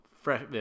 Fresh